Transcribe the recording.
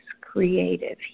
creative